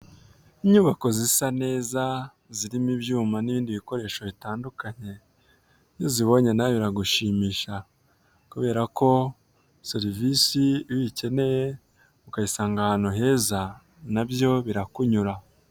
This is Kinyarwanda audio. Inyubako zisa neza zirimo ibyuma n'ibindi bikoresho bitandukanye, iyo uzibonye naweyo biragushimisha. Kubera ko serivisi iyo uyikeneye ukayisanga ahantu heza nabyo birakunyura.